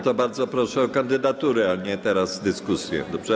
To bardzo proszę o kandydatury, a nie teraz dyskusję, dobrze?